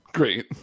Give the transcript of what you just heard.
Great